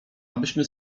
abyśmy